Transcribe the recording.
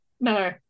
No